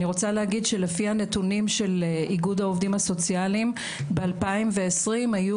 אני רוצה להגיד שלפי הנתונים של איגוד העובדים הסוציאליים ב-2020 היו